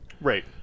Right